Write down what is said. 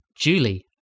Julie